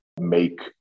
make